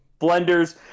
blenders